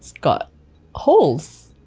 got holes.